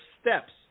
steps